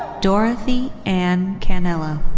dorothy anne cannella.